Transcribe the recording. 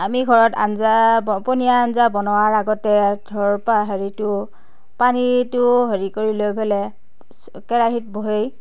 আমি ঘৰত আঞ্জা পনীয়া আঞ্জা বনোৱাৰ আগতে ধৰ হেৰিটো পানীটো হেৰি কৰিলৈ পেলাই কেৰাহীত বহাই